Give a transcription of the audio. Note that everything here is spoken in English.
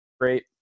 great